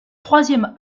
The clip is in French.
troisième